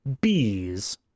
bees